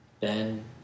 Ben